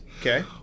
Okay